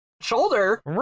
shoulder